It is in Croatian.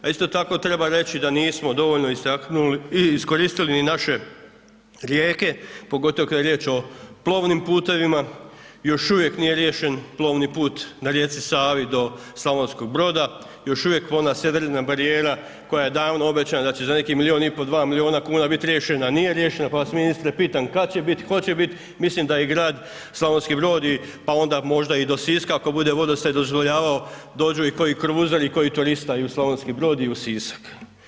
A isto tako treba reći da nismo dovoljno iskoristili i naše rijeke, pogotovo kad je riječ o plovnim putevima, još uvijek nije riješen plovni put na rijeci Savi do Slavonskog Broda, još uvijek ona sedrena barijera koja je davno obećana da će za nekih milijun i pol, dva milijuna kuna biti riješena, a nije riješena, pa vas ministre pitam kad će bit, hoće bit, mislim da je Grad Slavonski Brod i, pa onda možda i do Siska ako bude vodostaj dozvoljavao, dođu i koji kruzeri i koji turista i u Slavonski Brod, i u Sisak.